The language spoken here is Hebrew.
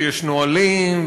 שיש נהלים,